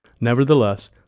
Nevertheless